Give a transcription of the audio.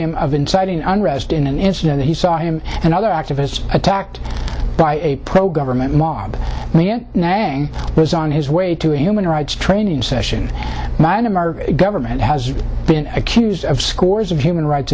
him of inciting under arrest in an incident that he saw him and other activists attacked by a pro government mob was on his way to a human rights training session nine of our government has been accused of scores of human rights